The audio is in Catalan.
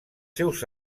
seus